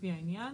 לפי העניין.